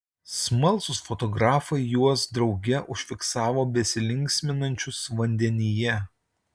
smalsūs fotografai juos drauge užfiksavo besilinksminančius vandenyje